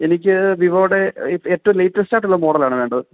എനിക്ക് വിവോയുടെ എ ഏറ്റവും ലേറ്റസ്റ്റായിട്ടുള്ള മോഡലാണ് വേണ്ടത്